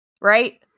right